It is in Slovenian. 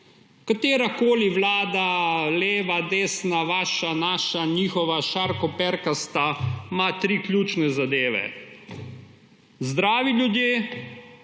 Katerakoli vlada – leva, desna, vaša, naša, njihova, šarkoperkasta – ima tri ključne zadeve: zdravi ljudje,